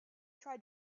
tried